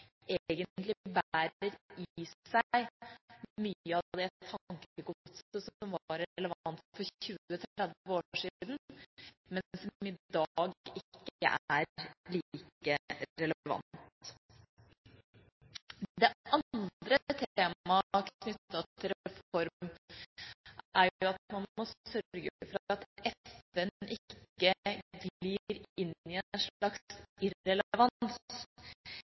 egentlig bærer i seg mye av det tankegodset som var relevant for 20–30 år siden, men som i dag ikke er like relevant. Det andre temaet knyttet til reform, er at man må sørge for at FN ikke glir inn i en slags irrelevans.